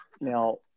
Now